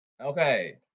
Okay